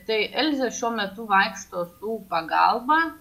tai elzė šiuo metu vaikšto su pagalba